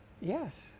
Yes